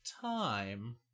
time